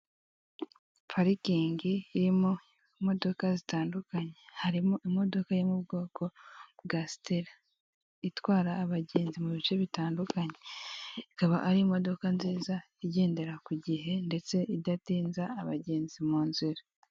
Parikingi irimo imodoka zitandukanye, harimo imodoka yo mu bwoko bwa sitela. Itwara abagenzi mu bice bitandukanye, ikaba ari imodoka nziza igendera ku gihe ndetse idatinza abagenzi mu nzira.